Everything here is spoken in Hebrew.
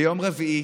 ביום רביעי